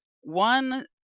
One